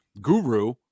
guru